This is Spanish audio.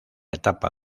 etapa